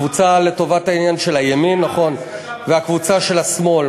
הקבוצה לטובת העניין של הימין והקבוצה של השמאל.